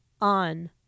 on